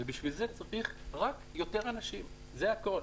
ובשביל זה צריך רק יותר אנשים, זה הכול.